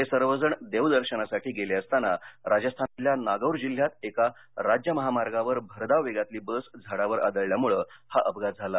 हे सर्वजण देवदर्शनासाठी गेले असताना राजस्थानमधल्या नागौर जिल्ह्यात एका राज्य महामार्गावर भरधाव वेगातली बस झाडावर आदळल्यामुळे हा अपघात झाला